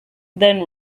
than